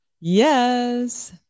yes